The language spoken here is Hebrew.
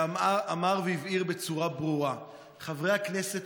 והוא אמר והבהיר בצורה ברורה: חברי הכנסת